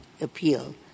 appeal